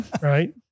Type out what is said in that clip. right